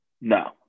no